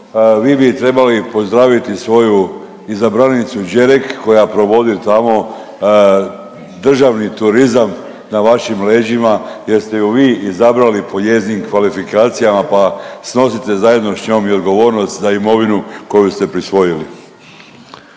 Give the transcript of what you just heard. Vi bi trebali pozdraviti svoju izabranicu Đerek koja provodi tamo državni turizam na vašim leđima, jer ste je vi izabrali po njezinim kvalifikacijama, pa snosite zajedno sa njom i odgovornost za imovinu koju ste prisvojili.